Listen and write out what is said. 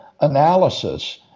analysis